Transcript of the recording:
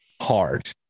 hard